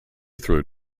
through